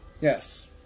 Yes